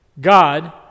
God